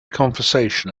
conversation